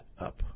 up